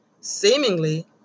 seemingly